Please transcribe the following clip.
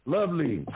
Lovely